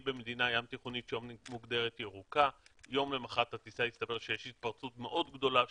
אז אני כבר לא יודעת